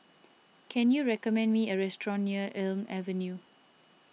can you recommend me a restaurant near Elm Avenue